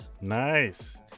Nice